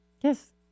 Yes